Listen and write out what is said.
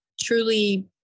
truly